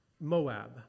Moab